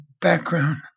background